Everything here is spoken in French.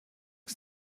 que